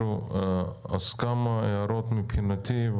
כמה הערות, מבחינתי.